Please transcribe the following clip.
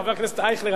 חבר הכנסת אייכלר,